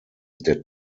der